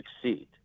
succeed